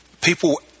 people